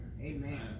Amen